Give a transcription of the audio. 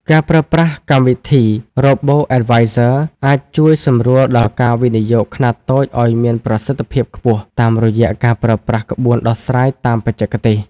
ការប្រើប្រាស់កម្មវិធី Robo-advisors អាចជួយសម្រួលដល់ការវិនិយោគខ្នាតតូចឱ្យមានប្រសិទ្ធភាពខ្ពស់ តាមរយៈការប្រើប្រាស់ក្បួនដោះស្រាយតាមបច្ចេកទេស។